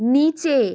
নিচে